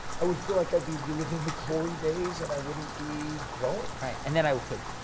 i would feel like i'd be reliving the glory days and i wouldn't be growing. right. and then i would take.